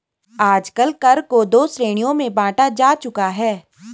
आजकल कर को दो श्रेणियों में बांटा जा चुका है